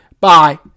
Bye